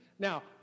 Now